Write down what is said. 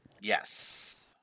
Yes